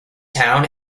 town